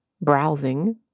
browsing